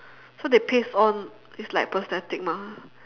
so they paste on it's like prosthetic mah